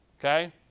okay